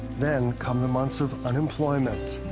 then come the months of unemployment.